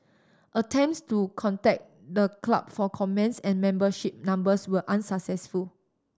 attempts to contact the club for comments and membership numbers were unsuccessful